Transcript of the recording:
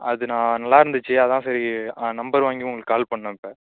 அது நான் நல்லா இருந்துச்சு அதான் சரி நம்பர் வாங்கி உங்களுக்கு கால் பண்ணிணேன் இப்போ